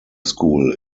school